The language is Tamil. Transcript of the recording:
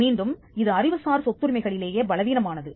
மீண்டும் இது அறிவுசார் சொத்துரிமைகளிலேயே பலவீனமானது